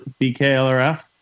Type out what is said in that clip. bklrf